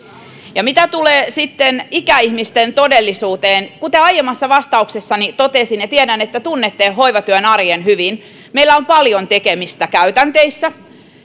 mitä tulee sitten ikäihmisten todellisuuteen kuten aiemmassa vastuksessani totesin ja tiedän että tunnette hoivatyön arjen hyvin meillä on paljon tekemistä käytänteissä